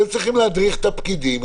אתם צריכים להדריך את הפקידים,